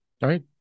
Right